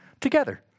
together